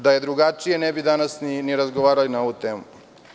Da je drugačije, ne bi danas ni razgovarali na ovu temu.